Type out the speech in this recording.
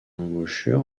embouchure